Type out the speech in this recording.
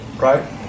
Right